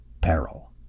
peril